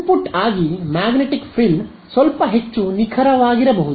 input ಆಗಿ magnetic ಫ್ರಿಲ್ ಸ್ವಲ್ಪ ಹೆಚ್ಚು ನಿಖರವಾಗಿರಬಹುದು